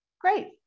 great